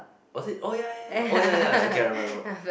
was it oh ya ya ya oh ya ya okay okay I remembered I remembered